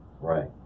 right